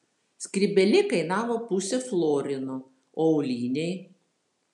skrybėlė kainavo pusę florino o auliniai